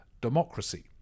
democracy